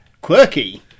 quirky